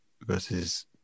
versus